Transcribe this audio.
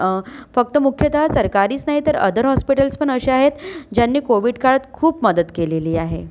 फक्त मुख्यतः सरकारीच नाही तर अदर हॉस्पिटल्सपण असे आहेत ज्यांनी कोविड काळात खूप मदत केलेली आहे